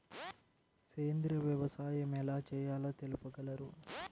సేంద్రీయ వ్యవసాయం ఎలా చేయాలో తెలుపగలరు?